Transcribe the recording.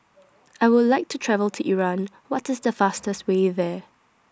I Would like to travel to Iran What IS The fastest Way There